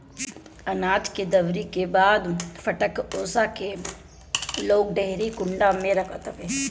अनाज के दवरी के बाद फटक ओसा के लोग डेहरी कुंडा में रखत हवे